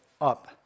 up